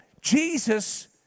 Jesus